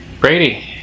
Brady